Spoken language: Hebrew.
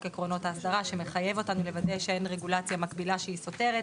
עקרונות האסדרה שמחייב אותם לוודא שאין רגולציה מקבילה שהיא סותרת.